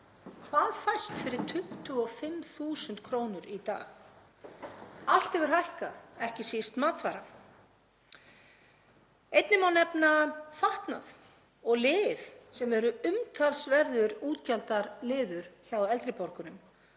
Hvað fæst fyrir 25.000 kr. í dag? Allt hefur hækkað, ekki síst matvara. Einnig má nefna fatnað og lyf, sem eru umtalsverður útgjaldaliður hjá eldri borgurum,